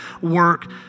work